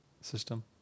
system